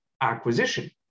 acquisition